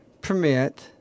permit